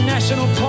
National